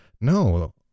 no